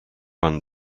one